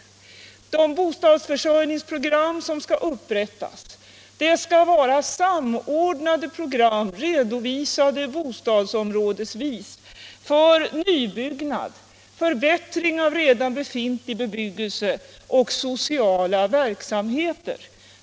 För det första skall de bostadsförsörjningsprogram som upprättas vara samordnade, redovisade bostadsområdesvis, för nybyggnad, förbättring av redan befintlig bebyggelse och sociala verksamheter.